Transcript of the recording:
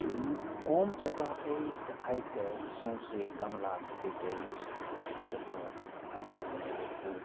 कम जगह अछि तऽ आइ काल्हि सौँसै गमला भेटैत अछि ओतौ गमलामे रोपू